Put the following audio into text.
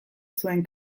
zuen